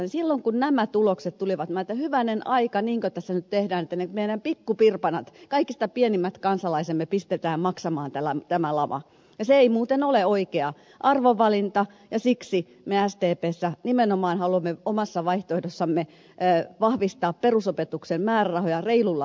niin silloin kun nämä tulokset tulivat niin minä ajattelin että hyvänen aika niinkö tässä nyt tehdään että ne meidän pikkupirpanat kaikista pienimmät kansalaisemme pistetään maksamaan tämä lama ja se ei muuten ole oikea arvovalinta ja siksi me sdpssä nimenomaan haluamme omassa vaihtoehdossamme vahvistaa perusopetuksen määrärahoja reilulla summalla